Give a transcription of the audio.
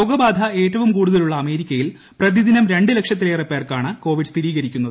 രോഗബാധ ഏറ്റവും കൂടുതലുള്ള അമേരിക്കയിൽ പ്രതിദിനം രണ്ട് ലക്ഷത്തിലേറെ പേർക്കാണ് കോവിഡ് സ്ഥിരീകരിക്കുന്നത്